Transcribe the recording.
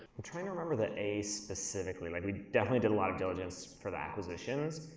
i'm trying to remember the a specifically, like we definitely did a lot of diligence for the acquisitions.